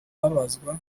babazwa